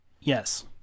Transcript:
Yes